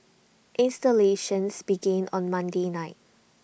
installations begin on Monday night